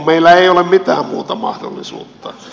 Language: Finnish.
meillä ei ole mitään muuta mahdollisuutta